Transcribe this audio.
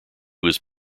was